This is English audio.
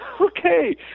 Okay